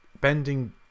bending